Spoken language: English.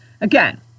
Again